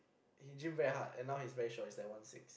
he gym very hard and now he's very short he's like one six